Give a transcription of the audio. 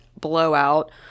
Blowout